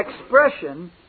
expression